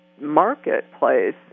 marketplace